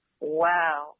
Wow